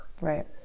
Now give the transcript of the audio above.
right